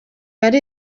ari